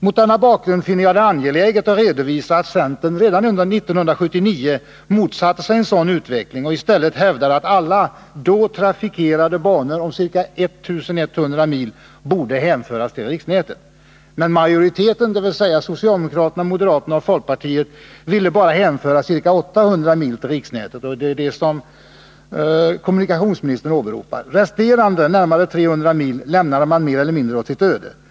Mot denna bakgrund finner jag det angeläget att redovisa att centern redan 1979 motsatte sig en sådan utveckling och i stället hävdade att alla då trafikerade banor om ca 1100 mil borde hänföras till riksnätet. Men majoriteten, dvs. socialdemokrater, moderater och folkpartister, ville bara hänföra ca 800 mil till riksnätet, och det är det kommunikationsministern åberopar. Resterande närmare 300 mil lämnade man mer eller mindre åt sitt öde.